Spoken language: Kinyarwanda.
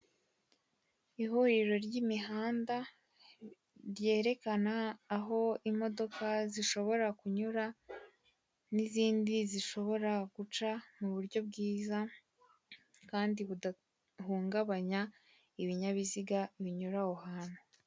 Ihuriro ry'imihanda ryerekana aho imodoka zishobora kunyura, n'izindi zishobora guca mu buryo bwiza, kandi bidahungabanya ibinyabiziga binyura aho hantu.